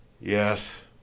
Yes